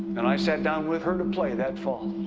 and i sat down with her to play that fall.